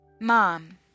mom